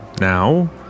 now